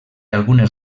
algunes